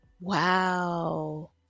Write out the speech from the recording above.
Wow